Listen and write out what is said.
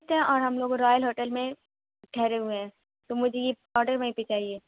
سر اور ہم لوگ رائل ہوٹل میں ٹھہرے ہوئے ہیں تو مجھے یہ آڈر وہیں پہ چاہیے